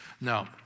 Now